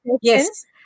Yes